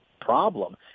problem